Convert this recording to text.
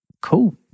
cool